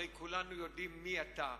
הרי כולנו יודעים מי אתה,